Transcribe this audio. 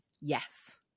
yes